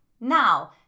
Now